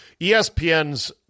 ESPN's